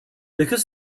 because